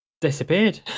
disappeared